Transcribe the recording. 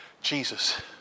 Jesus